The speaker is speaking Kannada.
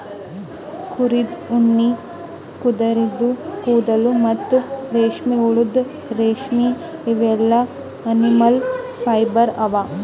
ಕುರಿದ್ ಉಣ್ಣಿ ಕುದರಿದು ಕೂದಲ ಮತ್ತ್ ರೇಷ್ಮೆಹುಳದ್ ರೇಶ್ಮಿ ಇವೆಲ್ಲಾ ಅನಿಮಲ್ ಫೈಬರ್ ಅವಾ